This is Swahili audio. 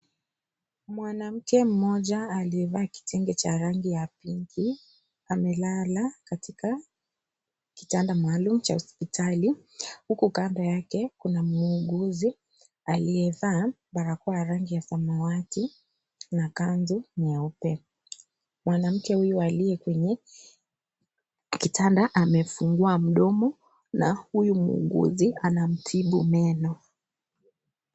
Mwanamke mmoja akiyevaa kitenge cha rangi ya pinki, amelala katika kitanda maalum cha hospitali, huku kando yake kuna muuguzi, aliyevaa barakoa ya rangi ya samawati na kanzu nyeupe. Mwanamke huyu aliye kwenye kitanda amefungua mdomo na huyu muuguzi anamtibu meno.